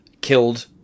killed